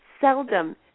seldom